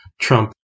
Trump